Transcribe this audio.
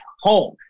home